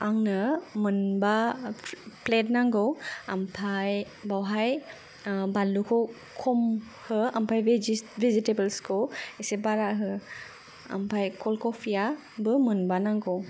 आंनो मोनबा प्लेत नांगौ आमफाय बावहाय बाल्लूखौ खम हो आमफाय भेजिस भेजिथेबलसखौ इसे बारा हो आमफाय कल्द कफियाबो मोनबा नांगौ